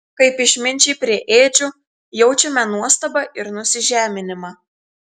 kaip išminčiai prie ėdžių jaučiame nuostabą ir nusižeminimą